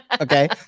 okay